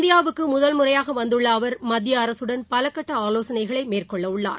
இந்தியாவுக்கு முதன்முறையாக வந்துள்ள அவர் மத்திய அரசுடன் பலகட்ட ஆலோசனை மேற்கொள்ள உள்ளார்